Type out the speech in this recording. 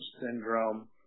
syndrome